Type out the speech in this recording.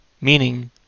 Meaning